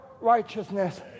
righteousness